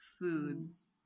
foods